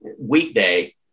weekday